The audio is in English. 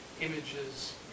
images